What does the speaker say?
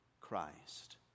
Christ